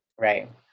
right